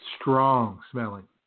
strong-smelling